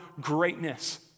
greatness